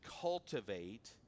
cultivate